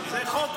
זה חוק מושחת.